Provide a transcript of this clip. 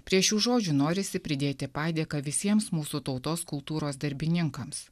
prie šių žodžių norisi pridėti padėką visiems mūsų tautos kultūros darbininkams